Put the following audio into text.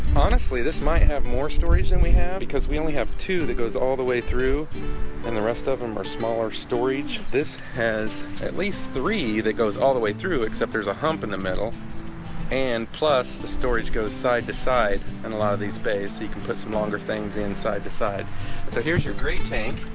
honestly this might have more stories than we have because we only have two that goes all the way through and the rest of them are smaller storage? this has at least three that goes all the way through except there's a hump in the middle and plus the storage goes side to side and a lot of these bay's so you can put some longer things in side to side so here's your great tank